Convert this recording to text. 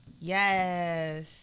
Yes